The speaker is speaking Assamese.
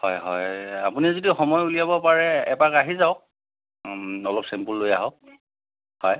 হয় হয় আপুনি যদি সময় উলিয়াব পাৰে এপাক আহি যাওক অলপ চেম্পল লৈ আহক হয়